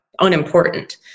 unimportant